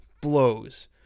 blows